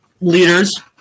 leaders